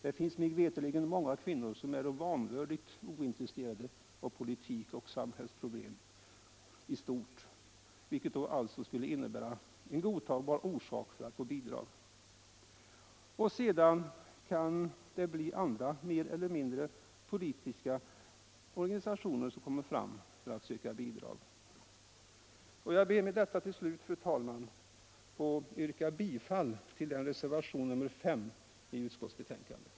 Det finns mig veterligt många kvinnor som är vanvördigt ointresserade av politik och samhällsproblem i stort, vilket då alltså skulle innebära en godtagbar grund för att få bidrag. Sedan kan det bli andra mer eller mindre politiskt inriktade organisationer som kommer fram för att söka bidrag. Till slut ber jag med detta, fru talman, att få yrka bifall till reservationen 5 vid utskottsbetänkandet.